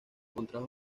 contrajo